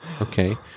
Okay